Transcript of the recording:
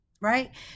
Right